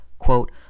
Quote